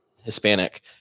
hispanic